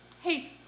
Hey